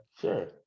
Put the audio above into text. sure